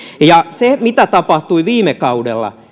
ja se talouspolitiikka mitä tapahtui viime kaudella